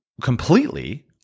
completely